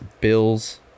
Bills